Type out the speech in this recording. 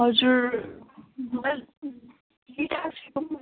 हजुर मैले गिटार सिकौँ भनेको